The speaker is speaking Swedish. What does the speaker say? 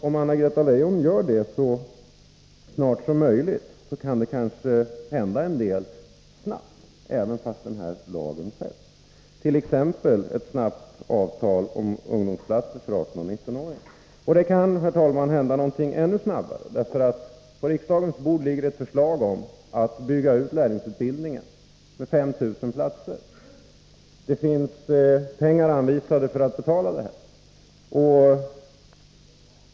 Om Anna-Greta Leijon gör detta så snart som möjligt kan det kanske hända en del snabbt, även om denna lag fälls, t.ex. ett snabbt avtal om ungdomsplatser för 18-19-åringar. Det kan, herr talman, hända någonting ännu snabbare. På riksdagens bord ligger nämligen ett förslag om att bygga ut lärlingsutbildningen med 5 000 platser. Det finns pengar anvisade för att betala dem.